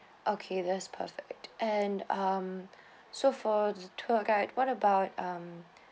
okay that's perfect and um so the tour guide what about um